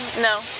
No